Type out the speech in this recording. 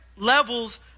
Levels